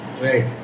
Right